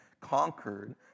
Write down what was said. conquered